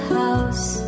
house